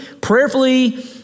prayerfully